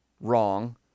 wrong